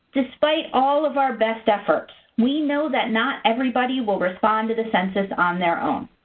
despite all of our best efforts, we know that not everybody will respond to the census on their own,